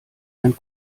ein